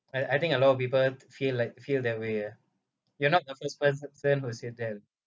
I I think a lot of people feel like feel that way ah you are not the first person who say that ah